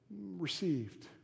received